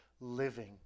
living